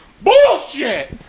bullshit